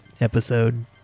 episode